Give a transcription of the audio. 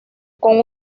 con